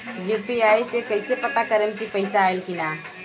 UPI से कईसे पता करेम की पैसा आइल की ना?